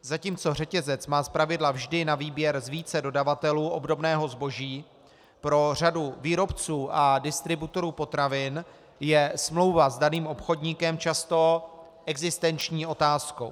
Zatímco řetězec má zpravidla vždy na výběr z více dodavatelů obdobného zboží, pro řadu výrobců a distributorů potravin je smlouva s daným obchodníkem často existenční otázkou.